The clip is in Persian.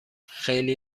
خیلی